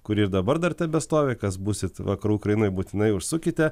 kuri ir dabar dar tebestovi kas būsit vakarų ukrainoj būtinai užsukite